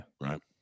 Right